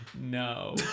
No